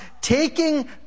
taking